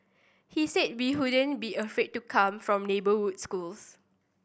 he said we wouldn't be afraid to come from neighbourhood schools